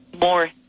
more